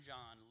John